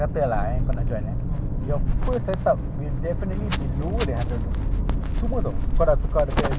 because from first session aku pergi dengan kau ya the first session yang kat bedok reservoir I still remember bro